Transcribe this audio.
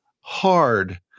hard